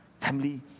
Family